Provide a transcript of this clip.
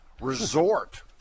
resort